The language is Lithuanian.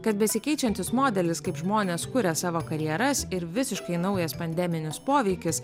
kad besikeičiantis modelis kaip žmonės kuria savo karjeras ir visiškai naujas pandeminis poveikis